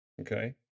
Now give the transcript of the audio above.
Okay